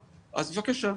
אז בבקשה,